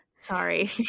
Sorry